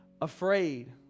afraid